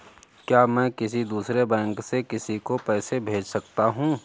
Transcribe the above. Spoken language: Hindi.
क्या मैं किसी दूसरे बैंक से किसी को पैसे भेज सकता हूँ?